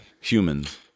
humans